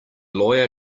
lawyer